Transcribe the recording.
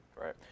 right